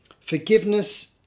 Forgiveness